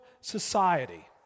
society